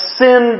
sin